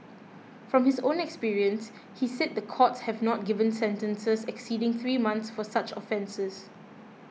from his own experience he said the courts have not given sentences exceeding three months for such offences